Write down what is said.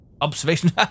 Observation